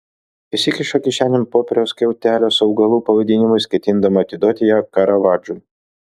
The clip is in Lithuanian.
įsikiša kišenėn popieriaus skiautelę su augalų pavadinimais ketindama atiduoti ją karavadžui